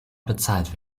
bezahlt